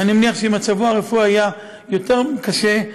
ואני מניח שאם מצבו הרפואי היה יותר קשה,